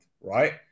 right